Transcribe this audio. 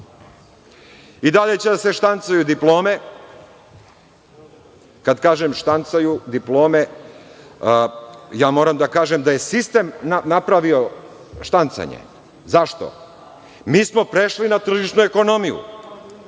I dalje će da se štancuju diplome. Kad kažem štancuju diplome, ja moram da kažem da je sistem napravio štancanje. Zašto? Mi smo prešli na tržišnu ekonomiju.